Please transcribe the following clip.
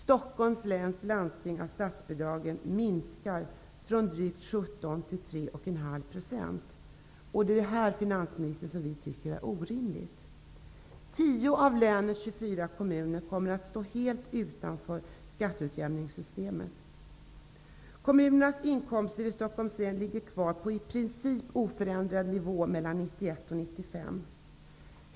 Stockholms läns andel av statsbidragen kommer dock att minska från drygt 17 % till 3,5 %. Det är detta, finansministern, som vi tycker är orimligt. Tio av länets 24 kommuner kommer att stå helt utanför skatteutjämningssystemet. Kommunernas inkomster i Stockholms län ligger kvar på i princip oförändrad nivå mellan 1991 och 1995.